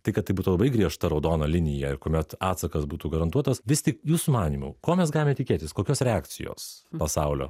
tai kad tai būtų labai griežta raudona linija ir kuomet atsakas būtų garantuotas vis tik jūsų manymu ko mes galime tikėtis kokios reakcijos pasaulio